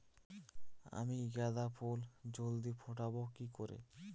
আমি গাঁদা ফুল জলদি ফোটাবো কি করে?